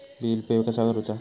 Bill pay कसा करुचा?